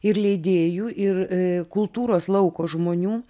ir leidėjų ir kultūros lauko žmonių